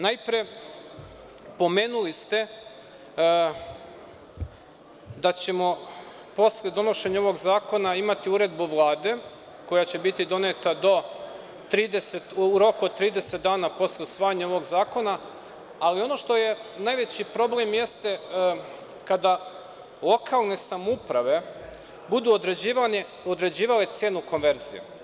Najpre, pomenuli ste da ćemo posle donošenja ovog zakona imati uredbu Vlade, koja će biti doneta u roku od 30 dana od usvajanja ovog zakona, ali ono što je najveći problem jeste kada lokalne samouprave budu određivale cenu konverzije.